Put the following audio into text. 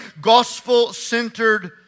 gospel-centered